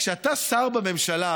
כשאתה שר בממשלה,